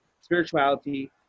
spirituality